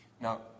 Now